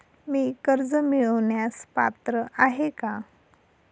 मी कर्ज मिळवण्यास पात्र आहे का?